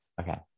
okay